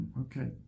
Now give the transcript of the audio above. okay